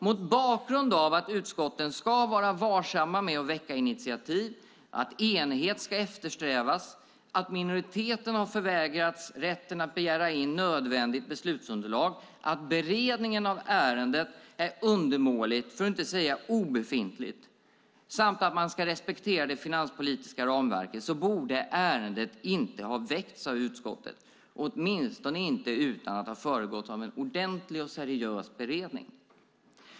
Mot bakgrund av att utskotten ska vara varsamma med att väcka initiativ, att enighet ska eftersträvas, att minoriteten förvägrats rätten att begära in nödvändigt beslutsunderlag, att beredningen av ärendet är undermålig, för att inte säga obefintlig samt att man ska respektera det finanspolitiska ramverket borde ärendet inte ha väckts av utskottet, åtminstone inte utan att ha föregåtts av en ordentlig och seriös beredning.